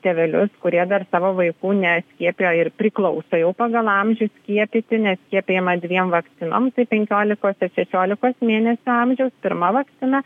tėvelius kurie dar savo vaikų neskiepijo ir priklauso jau pagal amžių skiepyti nes skiepijama dviem vakcinom tai penkiolikos šešiolikos mėnesių amžiaus pirma vakcina